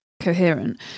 coherent